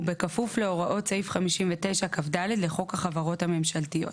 ובכפוף להוראות סעיף 59 כד לחוק החברות הממשלתיות.